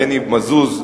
מני מזוז,